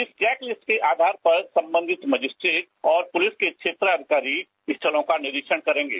इस checklist के आधार पर सम्बंधित मजिस्ट्रेट और पुलिस के क्षेत्राधिकारी स्थलों का निरीक्षण करेंगे